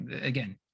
again